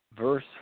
verse